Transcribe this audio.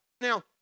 Now